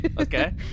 Okay